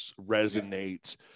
resonates